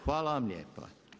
Hvala vam lijepa.